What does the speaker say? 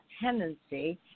tendency